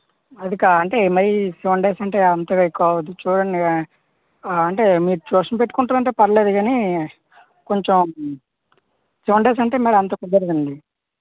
అది కా అంటే మరి సెవెన్ డేస్ అంటే అంతగా ఎక్కువవ్వదు చూడండి అంటే మీరు ట్యూషన్ పెట్టుకుంటానంటే పర్లేదు గాని కొంచెం సెవెన్ డేస్ అంటే మరి అంత కుదరదండి